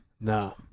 No